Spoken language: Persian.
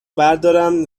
بردارم